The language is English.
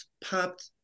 popped